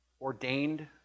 ordained